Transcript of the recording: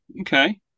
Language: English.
Okay